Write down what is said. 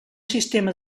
sistema